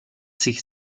sich